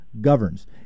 governs